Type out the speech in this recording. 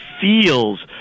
feels